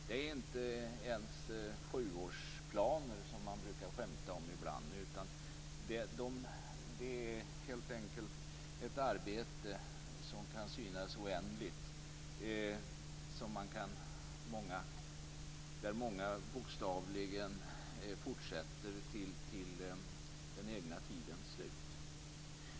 Det är inte ens sjuårsplaner, som man brukar skämta om ibland, som gäller, utan detta är helt enkelt ett arbete som kan synas oändligt. Många fortsätter bokstavligen till den egna tidens slut.